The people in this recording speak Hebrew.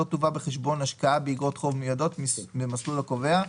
לא תובא בחשבון השקעה באגרות חוב מיועדות במסלול הקובע,